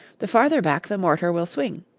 the farther back the mortar will swing.